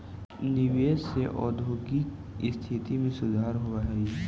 निवेश से औद्योगिक स्थिति में सुधार होवऽ हई